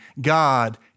God